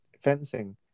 fencing